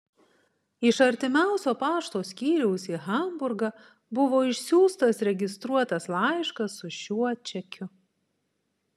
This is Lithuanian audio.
iš artimiausio pašto skyriaus į hamburgą buvo išsiųstas registruotas laiškas su šiuo čekiu